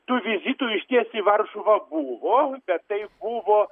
tų vizitų išties į varšuvą buvo bet tai buvo